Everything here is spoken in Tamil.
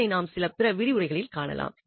அதனை நாம் சில பிற விரிவுரைகளில் காணலாம்